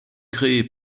créée